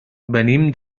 venim